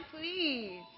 please